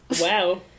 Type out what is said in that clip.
Wow